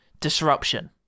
disruption